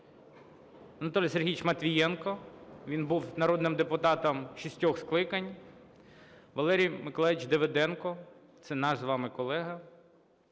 Анатолій Сергійович Матвієнко, він був народним депутатом шістьох скликань, Валерій Миколайович Давиденко, це наш з вами колега.